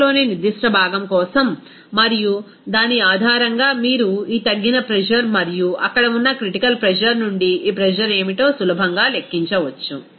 ట్యాంక్లోని నిర్దిష్ట భాగం కోసం మరియు దాని ఆధారంగా మీరు ఈ తగ్గిన ప్రెజర్ మరియు అక్కడ ఉన్న క్రిటికల్ ప్రెజర్ నుండి ఈ ప్రెజర్ ఏమిటో సులభంగా లెక్కించవచ్చు